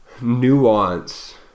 nuance